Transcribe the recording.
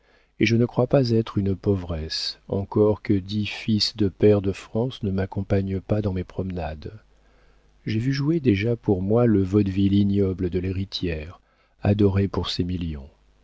et je ne crois pas être une pauvresse encore que dix fils de pairs de france ne m'accompagnent pas dans mes promenades j'ai vu jouer déjà pour moi le vaudeville ignoble de l'héritière adorée pour ses millions